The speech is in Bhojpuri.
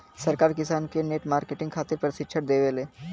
सरकार किसान के नेट मार्केटिंग खातिर प्रक्षिक्षण देबेले?